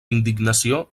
indignació